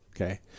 Okay